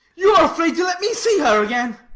you are afraid to let me see her again.